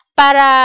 para